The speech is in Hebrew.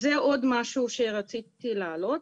זה עוד משהו שרציתי להעלות.